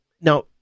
Now